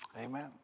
Amen